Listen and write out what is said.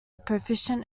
proficient